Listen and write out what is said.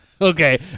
Okay